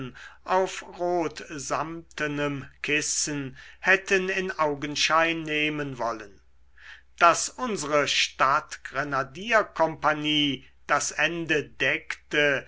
auf rotsamtenem kissen hätten in augenschein nehmen wollen daß unsere stadtgrenadierkompanie das ende deckte